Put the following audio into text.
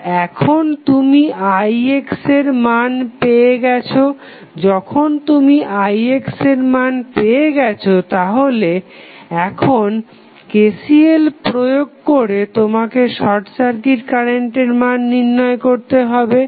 তো এখন তুমি ix এর মান পেয়ে গেছো যখন তুমি ix এর মান পেয়ে গেছো তাহলে এখন KCL প্রয়োগ করে তোমাকে শর্ট সার্কিট কারেন্টের মান নির্ণয় করতে হবে